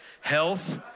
health